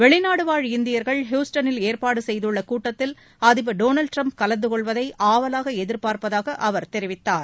வெளிநாடு வாழ் இந்தியர்கள் ஹூஸ்டனில் ஏற்பாடு செய்துள்ள கூட்டத்தில் அதிபர் டொனால்டு டிரம்ப் கலந்து கொள்வதை ஆவலாக எதிர்பார்ப்பதாக அவர் தெரிவித்தார்